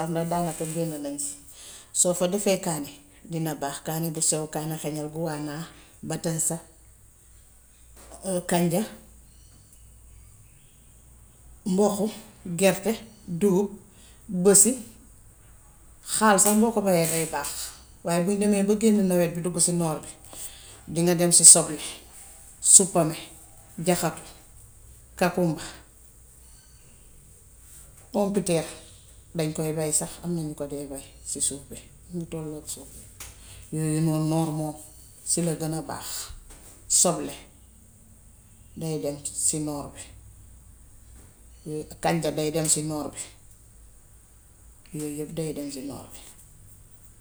daanaka génn nan si. Soo fa defee kaani dina baax; kaani bu sew, kaani xeeñal, guwaanaa, batañsa, mboqu, gerte, dugub, bësi, xaal sax boo ko bayee day baax. Waaye buñ demee ba génn nawet bi duggu si noor bi, dina dem si soble, suppome, jaxatu, kakumba, pompiteer. Dañ koy bay sax am na ñu dee bay si suuf bi. Mu ngi tollook suuf bi. Yooyu moom, noor moom si la gën a baax. Soble day bay tuuti si noor bi kànja day dem si noor bi. Yooy yépp day dem si noor bi.